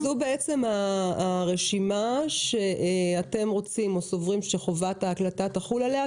זו בעצם הרשימה שאתם סוברים שחובת ההקלטה עליה,